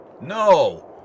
No